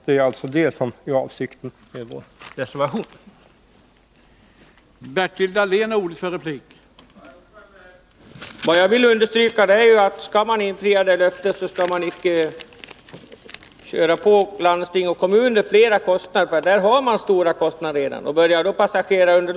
Det är alltså detta som är avsikten med vår reservation.